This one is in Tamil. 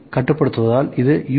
M machine கட்டுப்படுத்துவதால் இது U